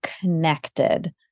connected